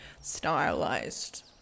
stylized